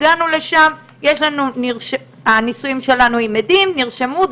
הגענו לשם והנישואים שלנו עם עדים נרשמו,